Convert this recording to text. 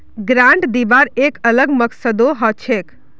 grant दिबार एक अलग मकसदो हछेक